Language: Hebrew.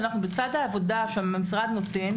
שאנחנו בצד העבודה שהמשרד נותן,